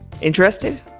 Interested